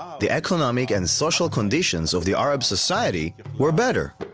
the economic and social conditions of the arab society were better.